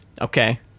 okay